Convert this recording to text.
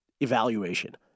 evaluation